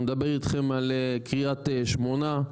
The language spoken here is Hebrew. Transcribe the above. אני מדבר איתכם על קריית שמונה,